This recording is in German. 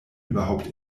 überhaupt